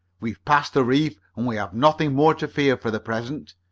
we've passed the reef and we have nothing more to fear for the present.